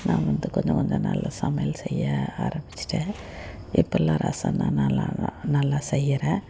நான் வந்து கொஞ்சம் கொஞ்சம் நல்ல சமையல் செய்ய ஆரம்பிச்சுட்டேன் இப்பெல்லாம் ரசமெல்லாம் நல்லா நல்லா செய்கிறேன்